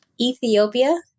Ethiopia